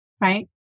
Right